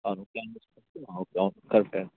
అవును అవును కరెక్ట్ అండి